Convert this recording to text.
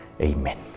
amen